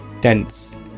dense